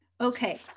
Okay